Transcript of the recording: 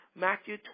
Matthew